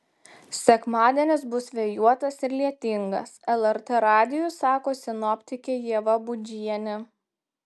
sekmadienis bus vėjuotas ir lietingas lrt radijui sako sinoptikė ieva budžienė